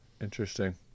interesting